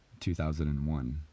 2001